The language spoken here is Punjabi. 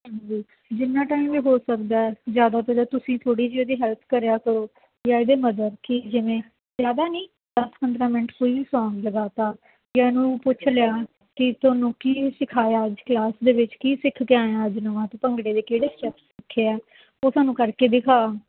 ਹਾਂਜੀ ਜਿੰਨਾ ਟਾਈਮ ਇਹ ਹੋ ਸਕਦਾ ਜ਼ਿਆਦਾਤਰ ਤੁਸੀਂ ਥੋੜ੍ਹੀ ਜਿਹੀ ਉਹਦੀ ਹੈਲਪ ਕਰਿਆ ਕਰੋ ਜਾਂ ਇਹਦੇ ਮਦਰ ਕਿ ਜਿਵੇਂ ਜ਼ਿਆਦਾ ਨਹੀਂ ਦਸ ਪੰਦਰਾ ਮਿੰਟ ਕੋਈ ਵੀ ਸੌਂਗ ਲਗਾ ਦਿੱਤਾ ਜਾਂ ਇਹਨੂੰ ਪੁੱਛ ਲਿਆ ਕਿ ਤੁਹਾਨੂ ਕੀ ਸਿਖਾਇਆ ਅੱਜ ਕਲਾਸ ਦੇ ਵਿੱਚ ਕੀ ਸਿੱਖ ਕੇ ਆਇਆ ਅੱਜ ਨਵਾਂ ਤੂੰ ਭੰਗੜੇ ਦੇ ਕਿਹੜੇ ਸਟੈਪ ਸਿੱਖੇ ਹੈ ਉਹ ਸਾਨੂੰ ਕਰਕੇ ਦਿਖਾ